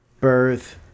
birth